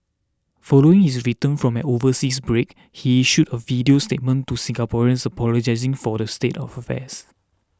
following his return from an overseas break he issued a video statement to Singaporeans apologising for the state of affairs